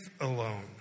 alone